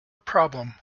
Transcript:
problem